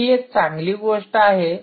तर ही एक चांगली गोष्ट आहे